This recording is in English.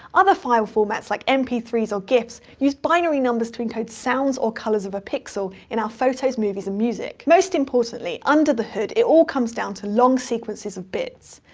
other file formats like m p three s or gifs use binary numbers to encode sounds or colors of a pixel in our photos, movies, and music. most importantly, under the hood it all comes down to long sequences of bits.